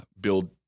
build